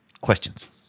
questions